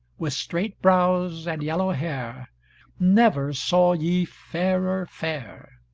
with straight brows and yellow hair never saw ye fairer fair!